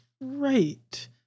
right